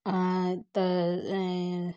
த